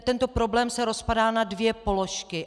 Tento problém se rozpadá na dvě položky.